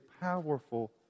powerful